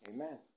Amen